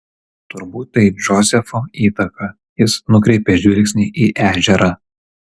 turbūt tai džozefo įtaka jis nukreipė žvilgsnį į ežerą